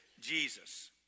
Jesus